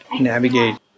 navigate